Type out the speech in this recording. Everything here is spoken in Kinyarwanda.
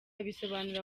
abisobanura